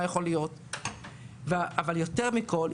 אבל יותר מכל,